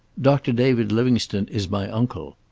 doctor david livingstone is my uncle.